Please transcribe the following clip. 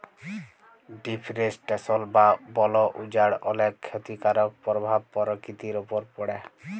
deforestation বা বল উজাড় অলেক খ্যতিকারক পরভাব পরকিতির উপর পড়ে